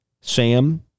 Sam